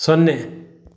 ಸೊನ್ನೆ